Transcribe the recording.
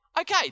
Okay